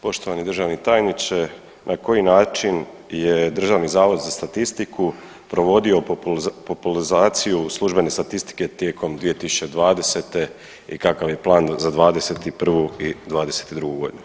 Poštovani državni tajniče, na koji način je Državni zavod za statistiku provodio populizaciju službene statistike tijekom 2020. i kakav je plan za '21. i '22.g.